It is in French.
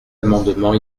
amendement